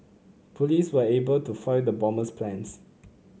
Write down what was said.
police were able to foil the bomber's plans